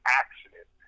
accident